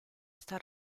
esta